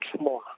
more